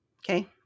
Okay